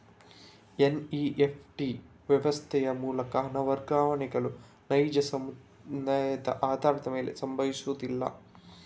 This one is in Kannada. ಎನ್.ಇ.ಎಫ್.ಟಿ ವ್ಯವಸ್ಥೆಯ ಮೂಲಕ ಹಣ ವರ್ಗಾವಣೆಗಳು ನೈಜ ಸಮಯದ ಆಧಾರದ ಮೇಲೆ ಸಂಭವಿಸುವುದಿಲ್ಲ